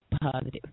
positive